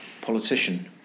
politician